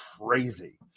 crazy